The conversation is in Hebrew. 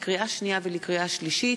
לקריאה שנייה ולקריאה שלישית: